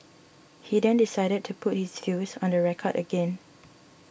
he then decided to put his views on the record again